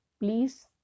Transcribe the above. please